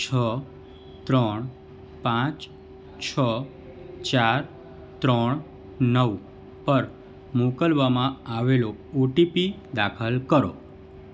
છ ત્રણ પાંચ છ ચાર ત્રણ નવ પર મોકલવમાં આવેલો ઓટીપી દાખલ કરો